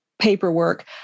paperwork